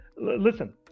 Listen